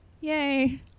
Yay